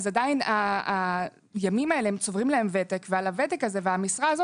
עדיין הימים האלה צוברים להם ותק ועל הוותק הזה והמשרה הזאת